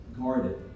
guarded